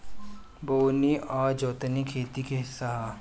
बोअनी आ जोतनी खेती के हिस्सा ह